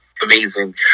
amazing